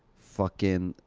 fucking,